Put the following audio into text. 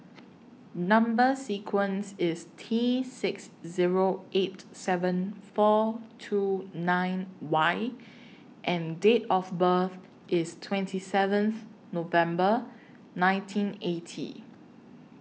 Number sequence IS T six Zero eight seven four two nine Y and Date of birth IS twenty seventh November nineteen eighty